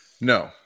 No